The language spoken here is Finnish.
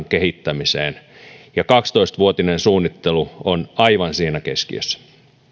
kehittämiseen ja kaksitoista vuotinen suunnittelu on aivan siinä keskiössä